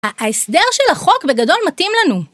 ההסדר של החוק בגדול מתאים לנו,